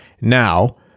now